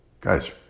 Guys